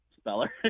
Speller